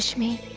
me